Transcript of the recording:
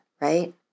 right